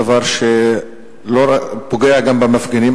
דבר שפוגע גם במפגינים,